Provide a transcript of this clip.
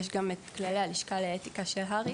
יש גם את כללי הלשכה לאתיקה של הר"י